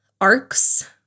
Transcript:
arcs